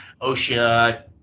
OSHA